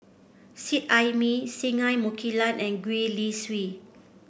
Seet Ai Mee Singai Mukilan and Gwee Li Sui